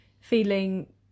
feeling